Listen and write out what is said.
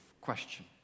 question